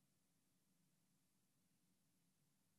אתה